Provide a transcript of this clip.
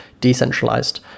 decentralized